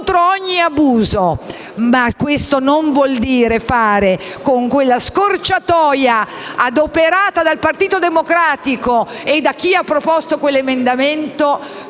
Questo non vuol dire, con la scorciatoia adoperata dal Partito Democratico e da chi ha proposto quell'emendamento,